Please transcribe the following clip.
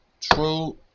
true